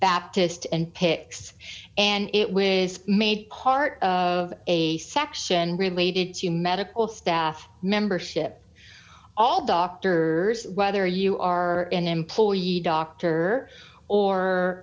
baptist and picks and it with made part of a section related to medical staff membership all doctors whether you are an employee doctor or